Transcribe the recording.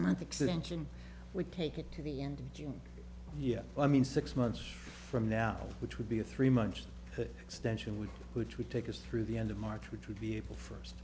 would take it to the end of june yes i mean six months from now which would be a three month extension would which would take us through the end of march which would be able f